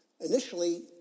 Initially